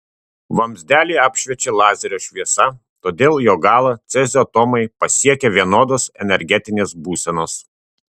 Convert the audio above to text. vamzdelį apšviečia lazerio šviesa todėl jo galą cezio atomai pasiekia vienodos energetinės būsenos